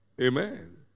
Amen